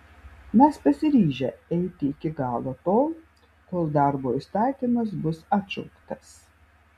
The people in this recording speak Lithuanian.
mes pasiryžę eiti iki galo tol kol darbo įstatymas bus atšauktas